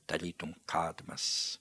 tarytum katinas